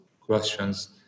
questions